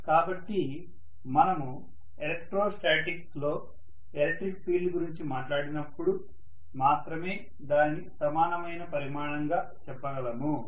కాబట్టి మనము ఎలెక్ట్రోస్టాటిక్స్ లో ఎలక్ట్రిక్ ఫీల్డ్ గురించి మాట్లాడినప్పుడు మాత్రమే దానిని సమానమైన పరిమాణంగా చెప్పగలము